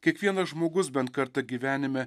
kiekvienas žmogus bent kartą gyvenime